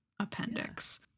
appendix